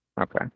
Okay